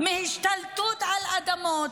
בהשתלטות על אדמות.